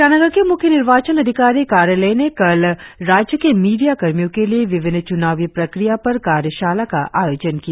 ईटानगर के मुख्य निर्वाचन अधिकारी कार्यालय ने कल राज्य के मीडिया कर्मियों के लिए विभिन्न चुनावी प्रक्रिया पर कार्यशाला का आयोजन किया